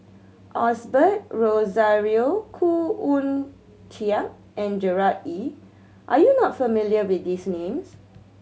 Osbert Rozario Khoo Oon Teik and Gerard Ee Are you not familiar with these names